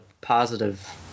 positive